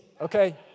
okay